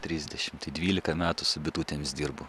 trisdešim tai dvylika metų su bitutėmis dirbu